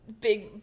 big